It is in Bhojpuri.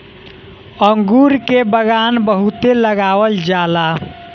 अंगूर के बगान बहुते लगावल जाला